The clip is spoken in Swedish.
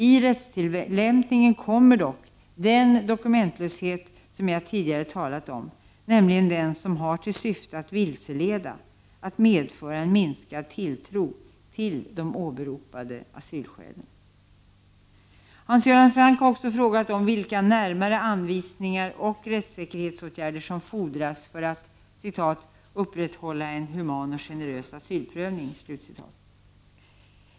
I rättstillämpningen kommer dock den dokumentlöshet jag tidigare talat om, nämligen den som har till syfte att vilseleda, att medföra en minskad tilltro till de åberopade asylskälen. Hans Göran Franck har också frågat om vilka närmare anvisningar och rättssäkerhetsåtgärder som fordras för att ”upprätthålla en human och generös asylprövning”.